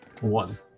One